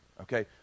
okay